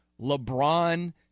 LeBron